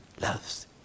loves